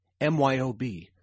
myob